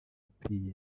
cyprien